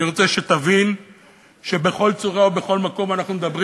אני רוצה שתבין שבכל צורה ובכל מקום אנחנו מדברים